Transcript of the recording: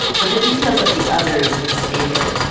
but the details of the others have faded.